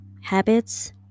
habits